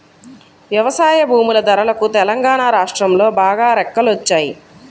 వ్యవసాయ భూముల ధరలకు తెలంగాణా రాష్ట్రంలో బాగా రెక్కలొచ్చాయి